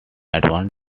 time